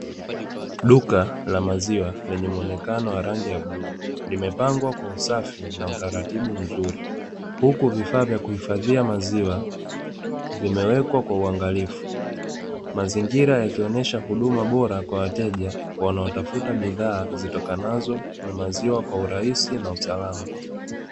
Duka la maziwa lenye muonekano wa rangi ya bluu limepangwa kwa usafi na utaratibu mzuri, huku vifaa vya kuhifadhia maziwa vimewekwa kwa uangalifu. Mazingira yakionyesha huduma bora kwa wateja wanaotafuta bidhaa zitokanazo na maziwa kwa urahisi na usalama.